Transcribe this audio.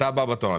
אתה הבא בתור.